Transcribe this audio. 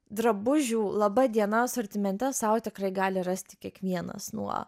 drabužių laba diena asortimente sau tikrai gali rasti kiekvienas nuo